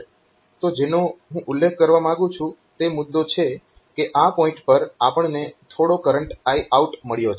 તો જેનો હું ઉલ્લેખ કરવા માંગુ છું તે મુદ્દો છે કે આ પોઇન્ટ પર આપણને થોડો કરંટ Iout મળ્યો છે